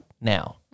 now